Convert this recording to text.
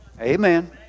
Amen